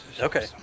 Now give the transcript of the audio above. Okay